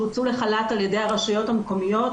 שהוצאו לחל"ת על ידי הרשויות המקומיות,